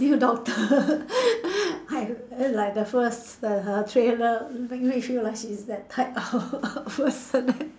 new doctor I like the first her her trailer make me feel like she's that type of person